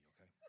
okay